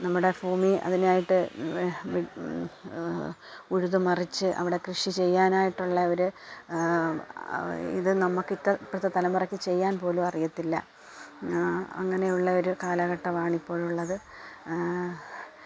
നമ്മുടെ ഭൂമി അതിനായിട്ട് ഉഴുത് മറിച്ച് അവിടെ കൃഷി ചെയ്യാനായിട്ടുള്ള ഒരു ഇത് നമുക്ക് ഇപ്പോഴത്തെ തലമുറക്ക് ചെയ്യാന് പോലും അറിയത്തില്ല അങ്ങനെയുള്ള ഒരു കാലഘട്ടമാണ് ഇപ്പോഴുള്ളത്